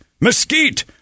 mesquite